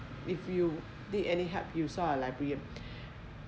if you need any help you saw a librarian